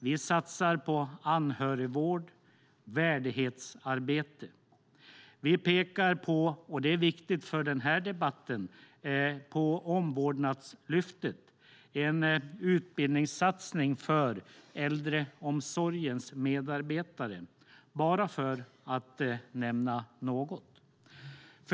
Vi satsar på anhörigvård och värdighetsarbete. Vi pekar på - det är viktigt för denna debatt - Omvårdnadslyftet, en utbildningssatsning för äldreomsorgens medarbetare. Detta bara för att nämna något.